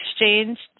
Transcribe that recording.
exchanged